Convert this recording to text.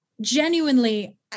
Genuinely